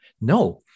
No